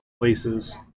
places